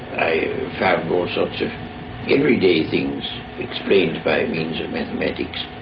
i found all sorts of everyday things explained by means of mathematics.